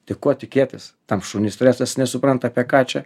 tai ko tikėtis tam šuniui stresas nesupranta apie ką čia